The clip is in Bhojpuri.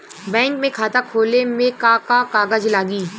बैंक में खाता खोले मे का का कागज लागी?